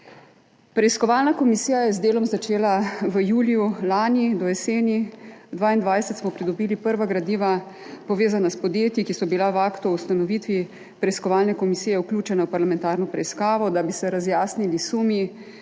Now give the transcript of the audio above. Preiskovalna komisija je z delom začela v juliju lani, do jeseni 2022 smo pridobili prva gradiva, povezana s podjetji, ki so bila v aktu o ustanovitvi preiskovalne komisije vključena v parlamentarno preiskavo, da bi se razjasnili sumi,